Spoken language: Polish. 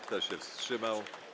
Kto się wstrzymał?